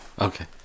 okay